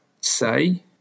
say